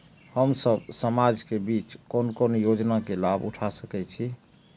हम सब समाज के बीच कोन कोन योजना के लाभ उठा सके छी?